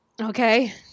Okay